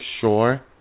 sure